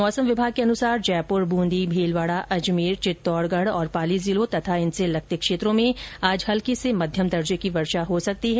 मौसम विभाग के अनुसार जयपुर ब्रंदी भीलवाड़ा अजमेर चित्तौड़गढ़ पाली जिलों और इनसे लगते क्षेत्रों में हल्की से मध्यम दर्जे की वर्षा हो सकती है